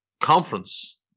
Conference